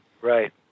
right